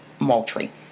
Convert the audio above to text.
Moultrie